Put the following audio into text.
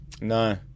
No